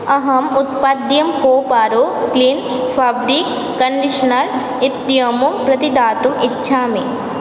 अहम् उत्पाद्यं कोपारो क्लीन् फ़ाब्डि कण्डिश्नर् इत्यमुं प्रतिदातुम् इच्छामि